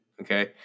okay